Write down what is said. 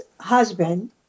husband